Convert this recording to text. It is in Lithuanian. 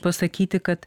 pasakyti kad